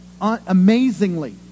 amazingly